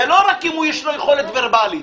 זה לא רק אם יש לו יכולת ורבלית,